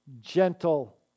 gentle